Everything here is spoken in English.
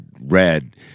read